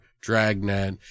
Dragnet